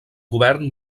govern